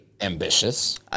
Ambitious